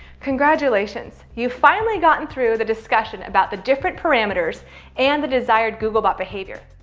congratulations. you've finally gotten through the discussion about the different parameters and the desired googlebot behavior.